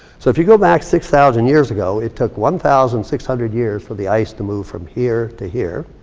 so if you go back six thousand years ago, it took one thousand six hundred years for the ice to move from here to here.